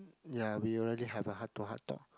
ya we already have a heart to heart talk